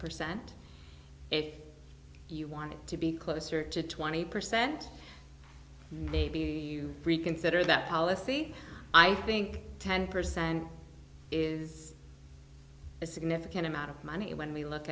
percent if you want it to be closer to twenty percent maybe you reconsider that policy i think ten percent is a significant amount of money and when we look